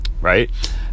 Right